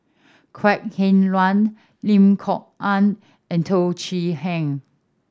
Kok Heng Leun Lim Kok Ann and Teo Chee Hean